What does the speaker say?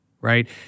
right